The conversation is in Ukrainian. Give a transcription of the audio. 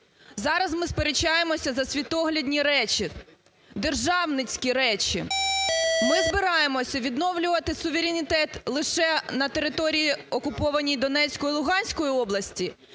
зараз ми сперечаємося за світоглядні речі, державницькі речі. Ми збираємося відновлювати суверенітет лише на території окупованій Донецької, Луганської області,